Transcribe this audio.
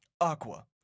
Aqua